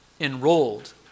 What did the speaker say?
enrolled